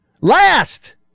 Last